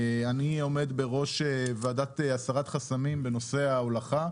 אני עומד בראש ועדת הסרת חסמים בנושא ההולכה,